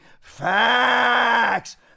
facts